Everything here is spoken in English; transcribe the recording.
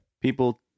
people